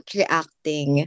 reacting